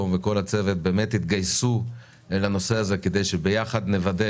וכל הצוות באמת התגייסו לנושא הזה כדי שביחד נוודא